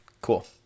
cool